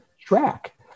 track